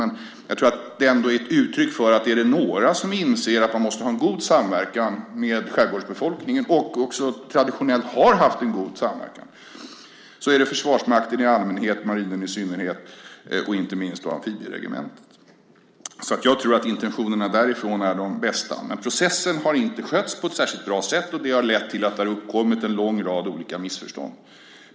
Men jag tror att det är ett uttryck för att är det några som inser att man måste ha en god samverkan med skärgårdsbefolkningen, och också traditionellt har haft en god samverkan, är det Försvarsmakten i allmänhet, marinen i synnerhet och inte minst då amfibieregementet. Jag tror att intentionerna därifrån är de bästa. Processen har inte skötts på ett särskilt bra sätt, och det har lett till att det har uppkommit en lång rad olika missförstånd.